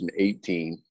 2018